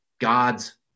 God's